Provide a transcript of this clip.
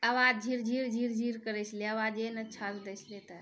आवाज झिर झिर झिर झिर करै छलै आवाजे नहि अच्छासँ दै छलै तऽ